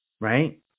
Right